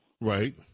Right